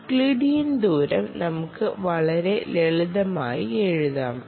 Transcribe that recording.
Euclidean ദൂരo നമുക്ക് വളരെ ലളിതമായി എഴുതാം